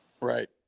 Right